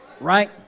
Right